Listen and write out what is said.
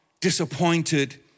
disappointed